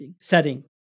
setting